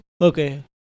Okay